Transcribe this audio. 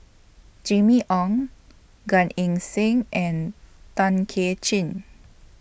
Jimmy Ong Gan Eng Seng and Tay Kay Chin